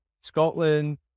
Scotland